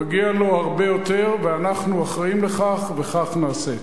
מגיע לו הרבה יותר, ואנחנו אחראים לכך, וכך נעשה.